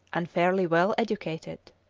and fairly well educated.